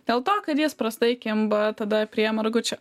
dėl to kad jis prastai kimba tada prie margučio